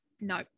no